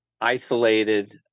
isolated